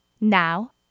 Now